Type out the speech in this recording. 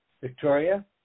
Victoria